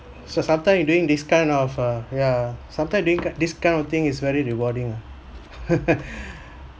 so sometime you doing this kind of err ya sometime doing kind this kind of thing is very rewarding ah